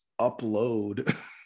upload